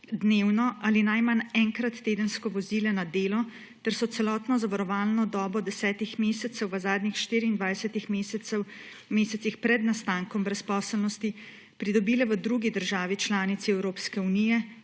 dnevno ali najmanj enkrat tedensko vozile na delo ter so celotno zavarovalno dobo 10 mesecev v zadnjih 24 mesecih pred nastankom brezposelnosti pridobile v drugi državi članici Evropske unije,